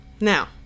Now